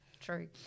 true